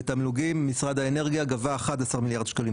ותמלוגים משרד האנרגיה גבה 11 מיליארד שקלים.